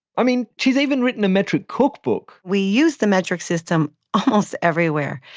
i mean she's even written a metric cookbook we use the metric system almost everywhere.